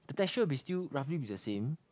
the texture will be still roughly be the same